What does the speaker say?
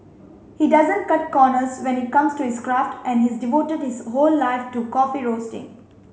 he doesn't cut corners when it comes to his craft and he's devoted his whole life to coffee roasting